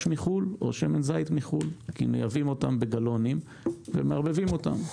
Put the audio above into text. מחו"ל או שמן זית מחו"ל כי מייבאים אותם בגלונים ומערבבים אותם.